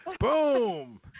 Boom